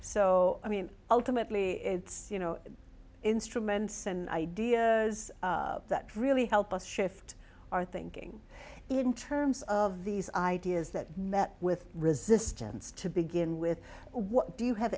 so i mean ultimately it's you know instruments and idea is that really help us shift our thinking in terms of these ideas that met with resistance to begin with what do you have